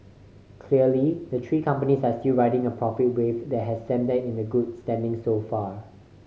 clearly the three companies are still riding a profit wave that has set them in good standing so far